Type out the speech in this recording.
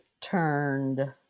turned